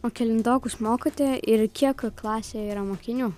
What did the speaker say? o kelintokus mokote ir kiek klasėje yra mokinių